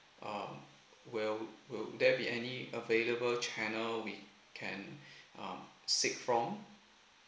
um will will there be any available channel we can um seek from